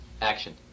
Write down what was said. Action